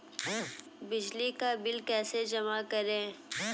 बिजली का बिल कैसे जमा करें?